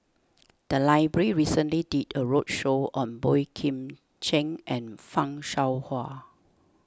the library recently did a roadshow on Boey Kim Cheng and Fan Shao Hua